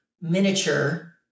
miniature